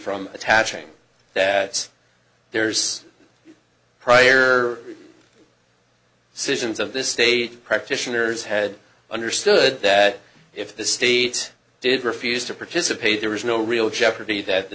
from attaching that there's prior citizens of this state practitioners had understood that if the state did refuse to participate there was no real jeopardy that the